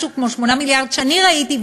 משהו כמו 8 מיליארד שאני ראיתי,